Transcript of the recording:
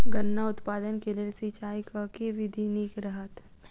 गन्ना उत्पादन केँ लेल सिंचाईक केँ विधि नीक रहत?